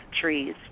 trees